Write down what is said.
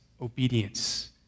obedience